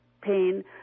pain